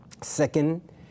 Second